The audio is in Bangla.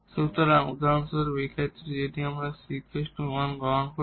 সুতরাং উদাহরণস্বরূপ এই ক্ষেত্রে যদি আমরা এই c 1 গ্রহণ করি